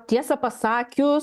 tiesą pasakius